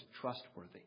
trustworthy